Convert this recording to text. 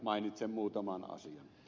mainitsen muutaman asian